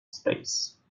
space